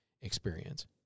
experience